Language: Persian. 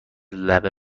لبه